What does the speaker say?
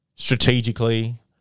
strategically